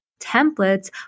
templates